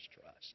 trust